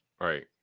Right